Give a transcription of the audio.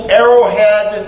arrowhead